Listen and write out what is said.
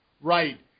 Right